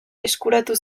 eskuratu